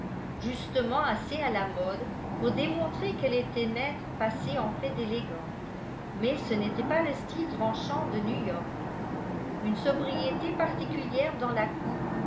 justement assez à la mode pour démontrer qu'elle était maître passé en fait d'élégance mais ce n'était pas le style tranchant de new-york une sobriété particulière dans la coupe